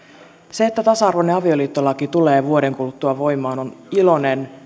se että tasa arvoinen avioliittolaki tulee vuoden kuluttua voimaan on iloinen